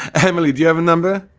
emily, do you have a number?